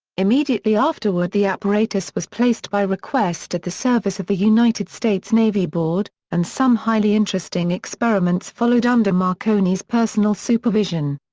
immediately afterward the apparatus was placed by request at the service of the united states navy board, and some highly interesting experiments followed under marconi's personal supervision.